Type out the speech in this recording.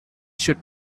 should